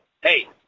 Hey